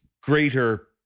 greater